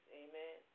amen